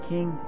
King